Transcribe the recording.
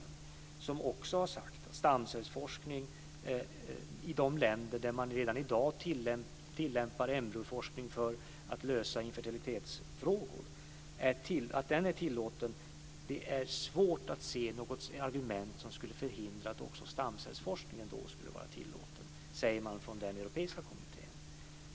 Från den europeiska kommittén säger man att det när det gäller de länder som redan i dag tillämpar embryoforskning för att lösa infertilitetsfrågor, där den är tillåten, är svårt att se något argument som skulle förhindra att också stamcellsforskningen då skulle vara tillåten.